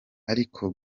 ariko